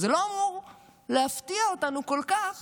אז זה אמור להפתיע אותנו כל כך